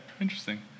interesting